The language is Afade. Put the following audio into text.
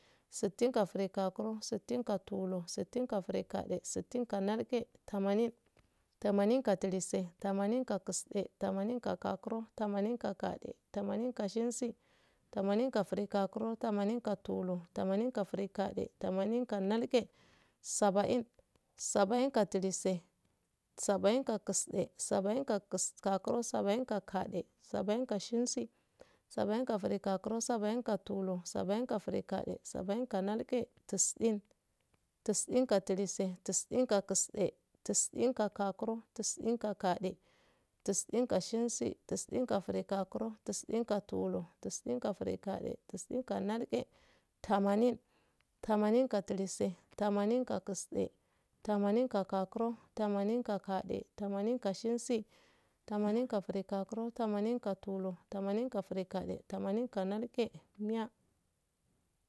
Sittinka girgakuro sittinka tulur sittinka grigade sittinka nalge tamanin tamanin kalise tamaninka kakisde tamaninka kaga tamaninka kagade tamaninka shensi tamaninka girgakuro tamaninka tulur tamaninka grigade tamaninka nalge sabain sabain kalise sabainka kakisde sabainka kaga sabainka kagade sabainka shensi sabainka girgakuro sabainka tulur sabainka grigade sabainka nalge tisin tisin kalise tisinka kakisde tisinka kaga tisinka kagade tisinka shensi tisinka girgakuro tisinka tulur tisinka grigade tisinka nalge tamanin tamanin kalise tamaninka kakisde tamaninka kaga tamaninka kagade tamaninka shensi tamaninka girgakuro tamaninka tulur tamaninka grigade tamaninka nalge miya.